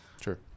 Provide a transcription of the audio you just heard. Sure